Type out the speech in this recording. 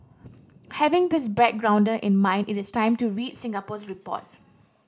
having this backgrounder in mind it is time to read Singapore's report